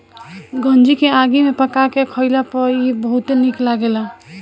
गंजी के आगी में पका के खइला पर इ बहुते निक लगेला